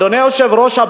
אדוני היושב-ראש,